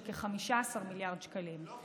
של כ-15 מיליארד שקלים.